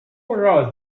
wrote